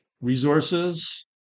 resources